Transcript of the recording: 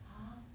!huh!